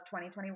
2021